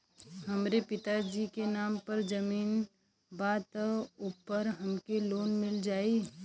हमरे पिता जी के नाम पर जमीन बा त ओपर हमके लोन मिल जाई?